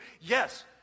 Yes